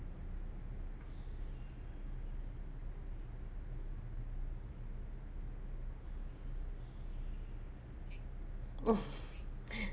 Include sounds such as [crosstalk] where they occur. [laughs]